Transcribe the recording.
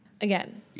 Again